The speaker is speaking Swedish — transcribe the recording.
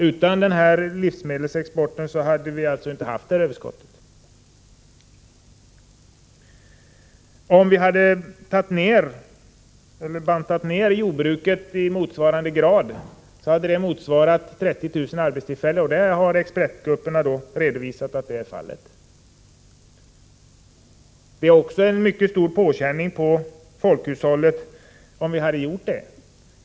Utan denna export hade vi inte haft överskottet. Om vi hade bantat ned jordbruket i motsvarande grad hade det medfört en förlust av 30 000 arbetstillfällen. Det har expertgrupperna redovisat. Detta skulle också vara en mycket stor påkänning på folkhushållet.